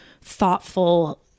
thoughtful